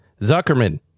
Zuckerman